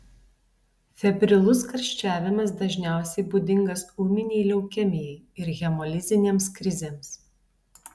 febrilus karščiavimas dažniausiai būdingas ūminei leukemijai ir hemolizinėms krizėms